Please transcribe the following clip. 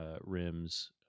rims